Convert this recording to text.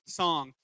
song